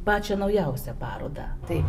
pačią naujausią parodą taip